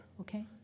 Okay